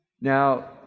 Now